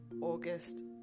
August